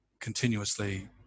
continuously